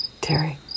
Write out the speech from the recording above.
Terry